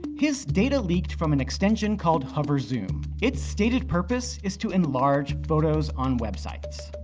his data leaked from an extension called hover zoom. its stated purpose is to enlarge photos on websites.